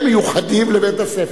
הם מיוחדים לבית-הספר.